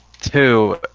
two